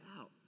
out